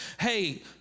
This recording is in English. hey